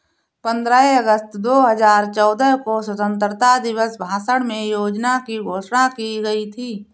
पन्द्रह अगस्त दो हजार चौदह को स्वतंत्रता दिवस भाषण में योजना की घोषणा की गयी थी